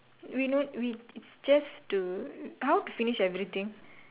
we no we it's just to how to finish everything